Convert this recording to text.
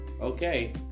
Okay